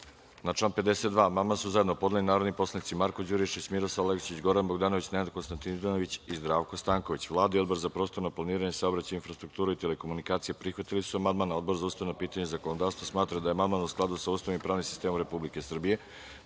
član 52. amandman su zajedno podneli narodni poslanici Marko Đurišić, Miroslav Aleksić, Goran Bogdanović, Nenad Konstantinović i Zdravko Stanković. Vlada i Odbor za prostorno planiranje, saobraćaj, infrastrukturu i telekomunikacije prihvatili su amandman. Odbor za ustavna pitanja i zakonodavstvo smatra da je amandman u skladu sa Ustavom i pravnim sistemom Republike